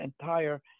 entire